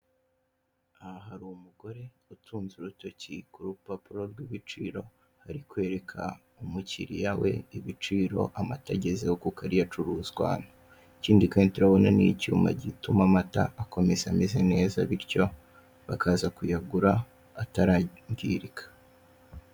Aha hari umugore utunze urutoki ku rupapuro rw'ibiciro, ari kwereka umukiriya we ibiciro amata agezeho kuko ari yo acuruzwa hano. Ikindi kandi turahabona n'icyuma gituma amata akomeza ameze neza, bityo bakaza kuyagura atarangirika.